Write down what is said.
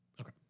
Okay